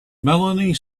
melanie